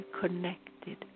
connected